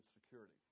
security